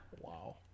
Wow